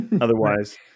Otherwise